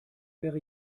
wäre